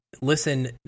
listen